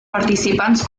participants